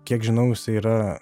kiek žinau yra